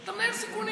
אתה מנהל סיכונים.